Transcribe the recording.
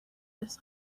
this